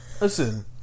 Listen